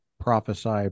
prophesy